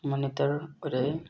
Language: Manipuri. ꯃꯣꯅꯤꯇꯔ ꯑꯣꯏꯔꯛꯏ